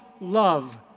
love